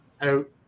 out